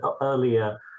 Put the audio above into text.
earlier